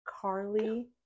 Carly